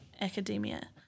academia